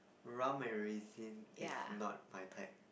rum and raisin is not my type